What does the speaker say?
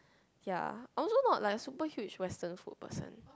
ya I also not like super huge western food person